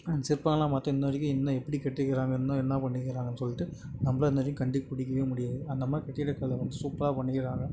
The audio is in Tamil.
அந்த சிற்பங்கள் எல்லாம் பாத்தீங்க இன்ன வரைக்கு இன்ன எப்படி கட்டிருக்குறாங்க இன்னும் என்ன பண்ணிக்கிறாங்கன்னு சொல்லிவிட்டு நம்மளும் இன்ன வரைக்கும் கண்டுபிடிக்கவே முடியாது அந்த மாதிரி கட்டிடக்கலை வந்து சூப்பராக பண்ணிக்கிறாங்க